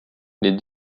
les